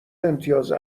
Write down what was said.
امتیاز